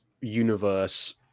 universe